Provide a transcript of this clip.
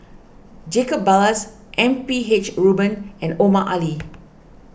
Jacob Ballas M P H Rubin and Omar Ali